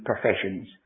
professions